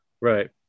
right